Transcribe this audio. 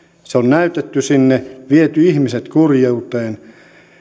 se on näytetty sinne viety ihmiset kurjuuteen